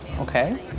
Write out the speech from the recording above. Okay